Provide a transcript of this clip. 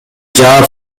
жаап